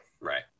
right